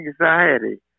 anxiety